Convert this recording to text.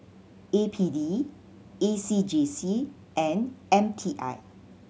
A P D A C J C and M T I